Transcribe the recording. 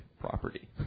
property